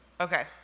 Okay